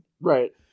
Right